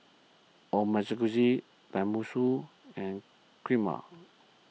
Tenmusu and Kheema